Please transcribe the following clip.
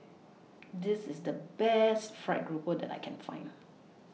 This IS The Best Fried Grouper that I Can Find